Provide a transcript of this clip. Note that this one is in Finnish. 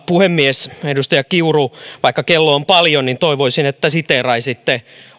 puhemies edustaja kiuru vaikka kello on paljon niin toivoisin että siteeraisitte